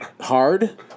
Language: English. Hard